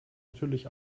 natürlich